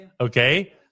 okay